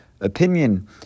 opinion